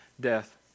death